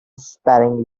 sparingly